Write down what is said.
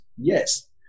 Yes